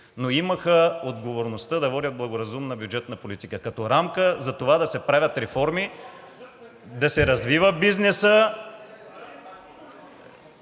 но имаха отговорността да водят благоразумна бюджетна политика като рамка за това да се правят реформи, да се развива бизнесът.